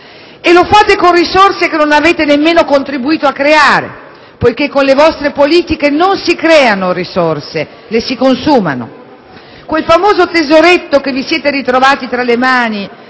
E lo fate con risorse che non avete nemmeno contribuito a creare, poiché con le vostre politiche non si creano risorse, le si consumano. Quel famoso "tesoretto" che vi siete ritrovati tra le mani